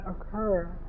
occur